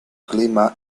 clima